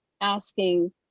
asking